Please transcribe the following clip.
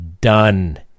done